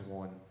one